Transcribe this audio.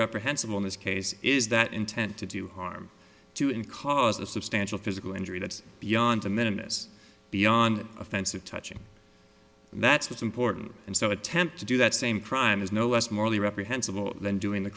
reprehensible in this case is that intent to do harm to in cause a substantial physical injury that's beyond the minimum is beyond offensive touching and that's what's important and so attempt to do that same crime is no less morally reprehensible than doing the